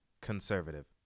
Conservative